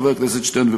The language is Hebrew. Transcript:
חבר הכנסת שטרן,